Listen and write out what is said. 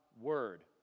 word